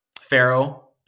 Pharaoh